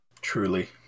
Truly